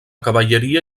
cavalleria